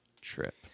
trip